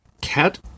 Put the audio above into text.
cat